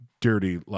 Dirty